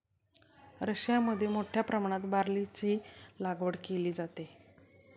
रशियामध्ये मोठ्या प्रमाणात बार्लीची लागवड केली जाते